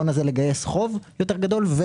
לגייס חוב יותר גדול כנגד ההון הזה,